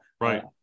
right